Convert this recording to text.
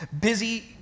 busy